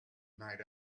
night